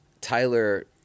Tyler